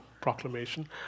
Proclamation